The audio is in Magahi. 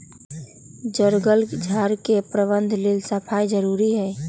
जङगल झार के प्रबंधन लेल सफाई जारुरी हइ